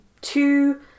two